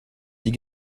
die